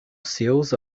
seus